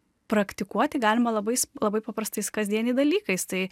praktikuoti galima labais labai paprastais kasdieniai dalykais tai